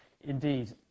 Indeed